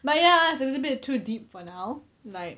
but ya it's a little bit too deep for now like